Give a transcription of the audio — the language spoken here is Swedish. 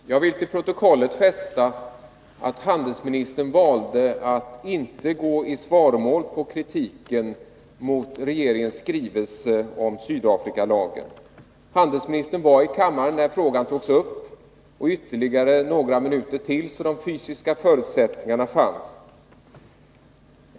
Fru talman! Jag vill till protokollet fästa att handelsministern valde att inte gå i svaromål på kritiken mot regeringens skrivelse om Sydafrikalagen. Handelsministern var i kammaren när frågan togs upp och ytterligare några minuter, varför de fysiska förutsättningarna fanns.